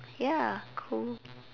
ya cool